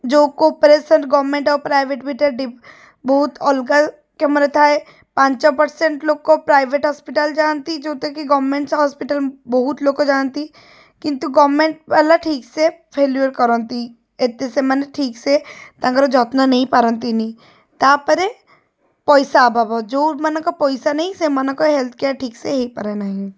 ଯେଉଁ corporation government ଆଉ private ଭିତରେ ବହୁତ ଅଲଗା କାମରେ ଥାଏ ପାଞ୍ଚ ପରସେଣ୍ଟ୍ ଲୋକ ପ୍ରାଇଭେଟ୍ ହସ୍ପିଟାଲ୍ ଯାଆନ୍ତି ଯେଉଁଟାକି ଗଭର୍ଣ୍ଣମେଣ୍ଟ୍ ହସ୍ପିଟାଲ୍ ବହୁତ ଲୋକ ଯାଆନ୍ତି କିନ୍ତୁ ଗଭର୍ଣ୍ଣମେଣ୍ଟ୍ ବାଲା ଠିକ୍ସେ ଫେଲୁୟର୍ କରନ୍ତି ଏତେ ସେମାନେ ଠିକ୍ ସେ ତାଙ୍କର ଯତ୍ନ ନେଇ ପାରନ୍ତିନି ତା'ପରେ ପଇସା ଅଭାବ ଯେଉଁମାନଙ୍କ ପଇସା ନାଇଁ ସେମାନଙ୍କ ହେଲ୍ଥ୍କେୟାର୍ ଠିକ୍ସେ ହେଇପାରେ ନାହିଁ